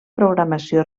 programació